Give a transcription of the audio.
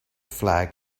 flag